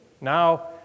Now